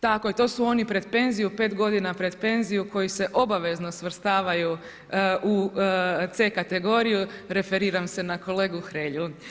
Tako je, to su oni pred penziju, 5 godina pred penziju koji se obavezno svrstavaju u C kategoriju, referiram se na kolegu Hrelju.